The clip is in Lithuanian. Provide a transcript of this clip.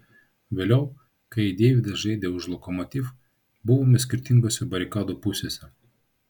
vėliau kai deividas žaidė už lokomotiv buvome skirtingose barikadų pusėse